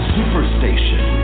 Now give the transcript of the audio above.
Superstation